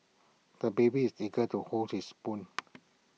the baby is eager to hold his spoon